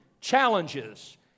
challenges